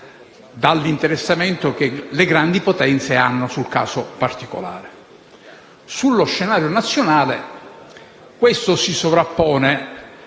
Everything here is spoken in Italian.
dall'interessamento delle grandi potenze sul caso particolare. Sullo scenario nazionale tale elemento si sovrappone